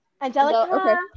Angelica